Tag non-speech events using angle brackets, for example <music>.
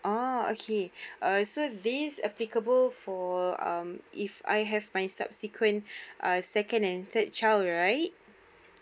ah okay <breath> uh so this is applicable for um if I have my subsequent <breath> uh second and third child right